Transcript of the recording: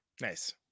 nice